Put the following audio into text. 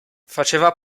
faceva